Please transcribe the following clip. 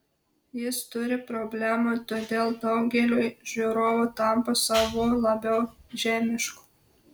jis turi problemų todėl daugeliui žiūrovų tampa savu labiau žemišku